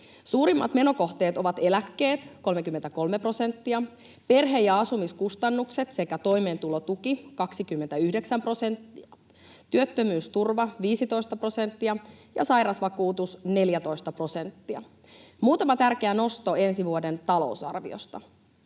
Suurimmat menokohteet ovat eläkkeet, 33 prosenttia, perhe- ja asumiskustannukset sekä toimeentulotuki 29 prosenttia, työttömyysturva 15 prosenttia ja sairausvakuutus 14 prosenttia. Muutama tärkeä nosto ensi vuoden talousarviosta: